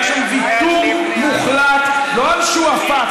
היה שם ויתור מוחלט לא על שועפאט,